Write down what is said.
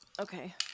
Okay